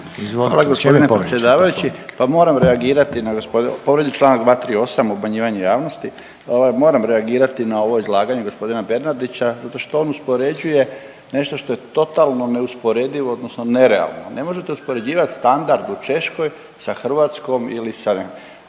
Hvala g. predsjedavajući. Pa moramo reagirati na gospodina, povrijeđen je čl. 238. obmanjivati javnosti, ovaj moram reagirati na ovo izlaganje g. Bernardića zato što on uspoređuje nešto što je totalno neusporedivo odnosno nerealno. Ne možete uspoređivat standard u Češkoj sa Hrvatskom ili sa,